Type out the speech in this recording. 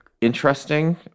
interesting